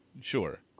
Sure